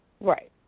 Right